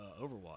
Overwatch